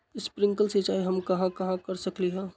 Sprinkle सिंचाई हम कहाँ कहाँ कर सकली ह?